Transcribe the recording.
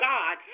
God